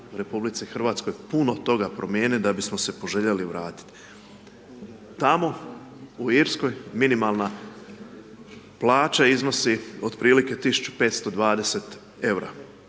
se u RH puno toga promijeniti da bismo se poželjeli vratiti. Tamo u Irskoj minimalna plaća iznosi otprilike 1520 eura.